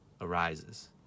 arises